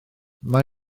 mae